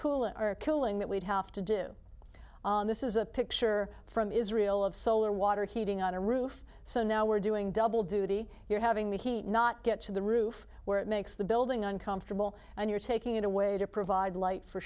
cooling are killing that we'd have to do this is a picture from israel of solar water heating on a roof so now we're doing double duty you're having the heat not get to the roof where it makes the building uncomfortable and you're taking it away to provide light for